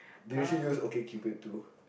they actually use OkCupid too